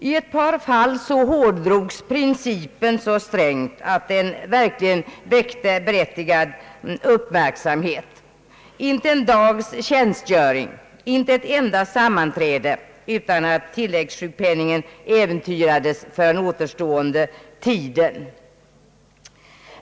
I ett par fall har principen hårdragits så långt att det väckt berättigad uppmärksamhet: inte en dags tjänstgöring, inte ett enda sammanträde utan att tilläggs sjukpenningen äventyras för den återstående tiden.